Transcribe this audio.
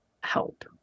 help